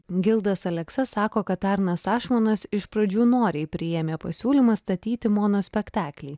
gildas aleksa sako kad arnas ašmonas iš pradžių noriai priėmė pasiūlymą statyti monospektaklį